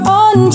on